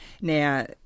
Now